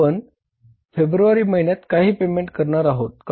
आपण फेब्रुवारी महिन्यात काही पेमेंट करणार आहोत का